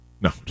No